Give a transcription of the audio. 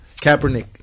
Kaepernick